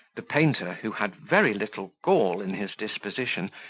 the painter, who had very little gall in his disposition,